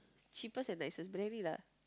cheapest and nicest briyani lah